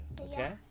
Okay